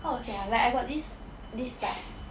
how to say like I got this this like